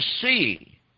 see